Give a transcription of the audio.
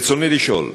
רצוני לשאול: